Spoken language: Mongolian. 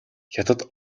хятад